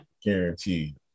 Guaranteed